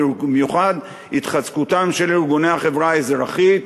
במיוחד לנוכח התחזקותם של ארגוני החברה האזרחית,